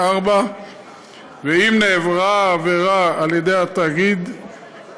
ואם נעברה העבירה על ידי תאגיד,